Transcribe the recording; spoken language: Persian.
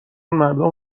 مردم